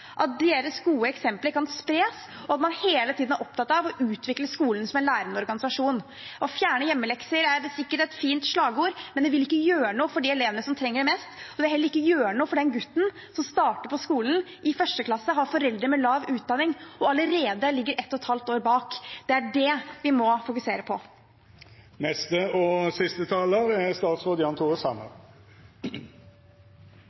kan spres, og at man hele tiden er opptatt av å utvikle skolen som en lærende organisasjon. Å fjerne hjemmelekser er sikkert et fint slagord, men det vil ikke gjøre noe for de elevene som trenger det mest, og det vil heller ikke gjøre noe for den gutten som starter på skolen i 1. klasse, har foreldre med lav utdanning og allerede ligger ett og et halvt år bak. Det er det vi må fokusere på. Jeg vil igjen takke interpellanten for en viktig interpellasjon. Dette er